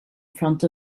front